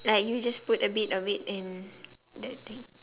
like you just put a bit of it in that thing